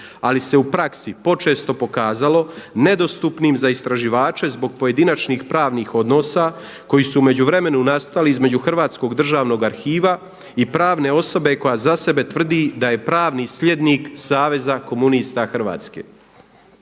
ali se u praksi počesto pokazalo nedostupnim za istraživače zbog pojedinačnih pravnih odnosa koji su u međuvremenu nastali između Hrvatskog državnog arhiva i pravne osobe koja za sebe tvrdi da je pravni slijednik Saveza komunista Hrvatske.